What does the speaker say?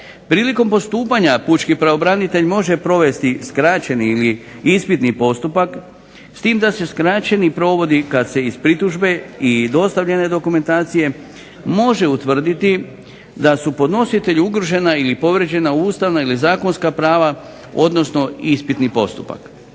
Prilikom postupanja pučki pravobranitelj može provesti skraćeni ili ispitni postupak, s tim da se skraćeni provodi kad se iz pritužbe i dostavljene dokumentacije može utvrditi da su podnositelji ugrožena ili povrijeđena ustavna ili zakonska prava odnosno ispitni postupak.